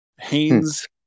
Haynes